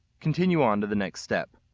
continue on to the next step.